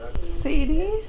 Sadie